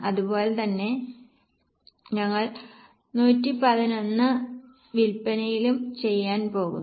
അതുപോലെ തന്നെ ഞങ്ങൾ 111 വിൽപ്പനയിലും ചെയ്യാൻ പോകുന്നു